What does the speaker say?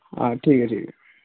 हां ठीक ऐ ठीक ऐ